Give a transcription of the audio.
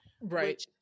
right